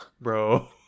Bro